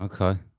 Okay